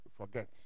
forget